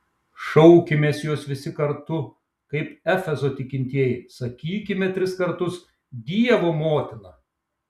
šaukimės jos visi kartu kaip efezo tikintieji sakykime tris kartus dievo motina